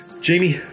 Jamie